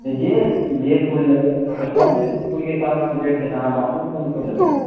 से जे जे फूल लेबै ओकर सभ फूलके सभ रङ्ग रेट छै तऽ अहाँ बाजू कोन फूल लेबै